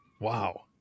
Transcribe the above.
Wow